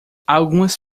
algumas